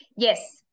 Yes